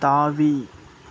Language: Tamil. தாவி